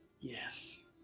Yes